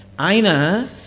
Aina